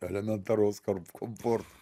elementaraus komforto